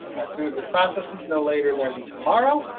as soon as it processes, no later than tomorrow.